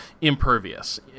impervious